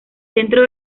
centro